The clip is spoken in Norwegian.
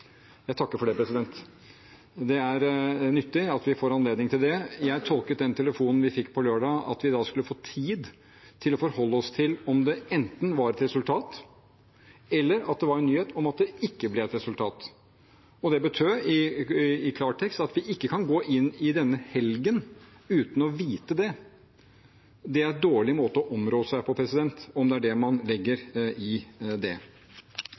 Jeg takker for det. Det er nyttig at vi får anledning til det. Jeg tolket den telefonen vi fikk på lørdag, slik at vi skulle få tid til å forholde oss til at det enten var et resultat, eller at det var en nyhet om at det ikke ble et resultat. Det betød i klartekst at vi ikke kan gå inn i denne helgen uten å vite det. Det er en dårlig måte å områ seg på, om det er det man legger i det.